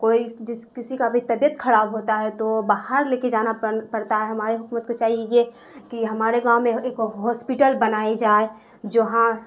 کوئی جس کسی کا بھی طبیعت خراب ہوتا ہے تو باہر لے کے جانا پڑتا ہے ہمارے حکومت کو چاہیے کہ ہمارے گاؤں میں ایک ہاسپٹل بنائی جائے جہاں